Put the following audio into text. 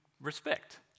respect